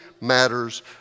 matters